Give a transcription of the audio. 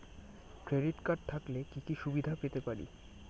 Credit card থাকলে কি কি সুবিধা পেতে পারি?